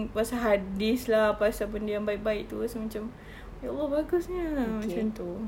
pasal hadis lah pasal benda yang baik-baik itu rasa macam ya allah bagusnya macam itu